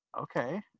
Okay